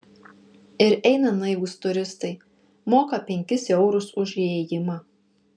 ir eina naivūs turistai moka penkis eurus už įėjimą